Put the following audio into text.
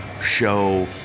show